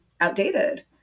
outdated